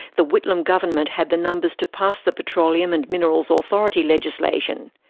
the whitlam government had the numbers to pass the petroleum and minerals authority legislation.